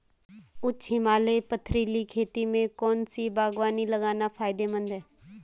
उच्च हिमालयी पथरीली खेती में कौन सी बागवानी लगाना फायदेमंद है?